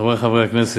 חברי חברי הכנסת,